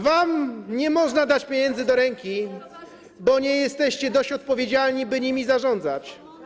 Wam nie można dać pieniędzy do ręki, bo nie jesteście dość odpowiedzialni, by nimi zarządzać.